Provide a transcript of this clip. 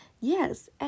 Yes